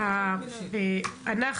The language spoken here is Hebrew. אנחנו